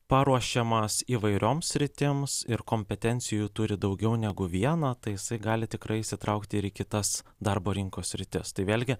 paruošiamas įvairioms sritims ir kompetencijų turi daugiau negu vieną tai jisai gali tikrai įsitraukti ir kitas darbo rinkos sritis tai vėlgi